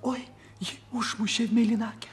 oi ji užmušė mėlynakę